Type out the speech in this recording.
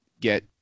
get